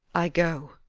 i go